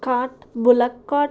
cart bullock cart